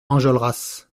enjolras